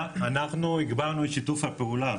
אנחנו הגברנו את שיתוף הפעולה,